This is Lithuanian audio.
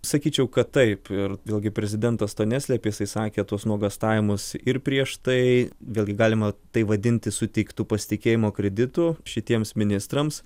sakyčiau kad taip ir vėlgi prezidentas to neslėpė jisai sakė tuos nuogąstavimus ir prieš tai vėlgi galima tai vadinti suteiktu pasitikėjimo kreditu šitiems ministrams